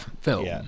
film